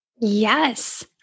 Yes